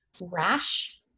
rash